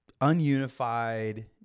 ununified